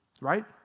Right